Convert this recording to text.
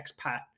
expat